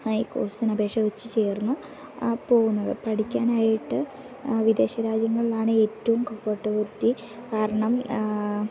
ഈ കോഴ്സിന് അപേക്ഷ വച്ചു ചേർന്നു പോകുന്നത് പഠിക്കാനായിട്ട് വിദേശ രാജ്യങ്ങളിലാണ് ഏറ്റവും കംഫർട്ടബളിറ്റി കാരണം